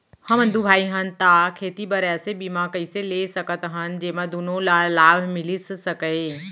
हमन दू भाई हन ता खेती बर ऐसे बीमा कइसे ले सकत हन जेमा दूनो ला लाभ मिलिस सकए?